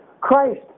Christ